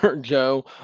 Joe